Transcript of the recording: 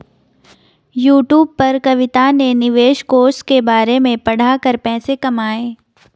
YouTube पर कविता ने निवेश कोष के बारे में पढ़ा कर पैसे कमाए